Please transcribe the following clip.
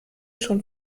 schon